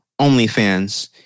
OnlyFans